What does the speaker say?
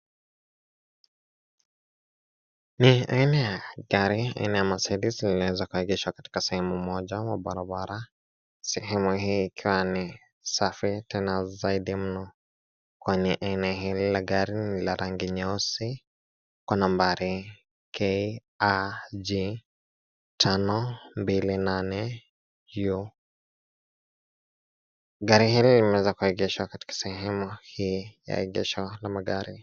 Hii ni aina ya gari aina ya Mercedes liliweza kuigeshwa katika sehemu moja ama barabara, sehemu hii ikiwa ni safi tena zaidi mno. Kwenye aina hii la gari ni la rangi nyeusi kwa nambari KAG 528U. Gari hili limeweza kuigeshwa katika sehemu hii ya egesho la magari.